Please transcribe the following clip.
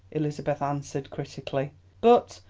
elizabeth answered critically but,